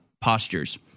postures